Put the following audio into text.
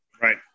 Right